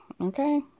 Okay